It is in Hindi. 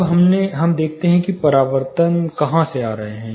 अब हम देखते हैं कि वे परावर्तन कहां से आ रहे हैं